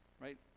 Right